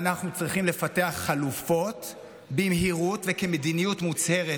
ואנחנו צריכים לפתח חלופות במהירות וכמדיניות מוצהרת